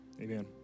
Amen